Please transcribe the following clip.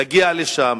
יגיע לשם,